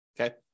Okay